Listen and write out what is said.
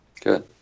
Good